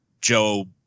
Joe